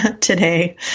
today